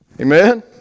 Amen